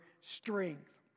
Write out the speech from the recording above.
strength